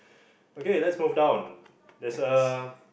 okay let's move down there's a